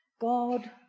God